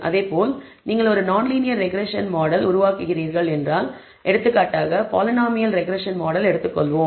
அதேபோல் நீங்கள் ஒரு நான் லீனியர் ரெக்ரெஸ்ஸன் மாடல் உருவாக்குகிறீர்கள் என்றால் எடுத்துக்காட்டாக பாலினாமியல் ரெக்ரெஸ்ஸன் மாடல் எடுத்துக்கொள்வோம்